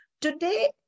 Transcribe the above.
Today